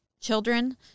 children